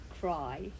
cry